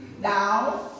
Now